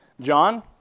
John